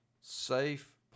safe